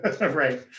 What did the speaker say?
Right